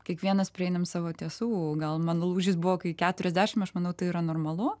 kiekvienas prieinam savo tiesų gal mano lūžis buvo kai keturiasdešim aš manau tai yra normalu